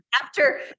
after-